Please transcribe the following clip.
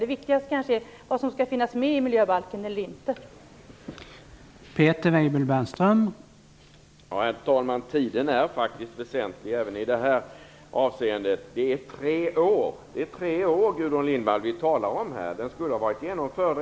Det viktigaste är nog vad som skall vara med i miljöbalken och vad som inte skall vara med.